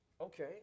okay